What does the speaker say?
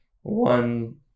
one